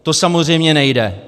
To samozřejmě nejde.